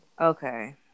Okay